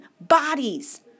bodies